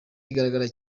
igaragara